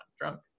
drunk